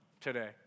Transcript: today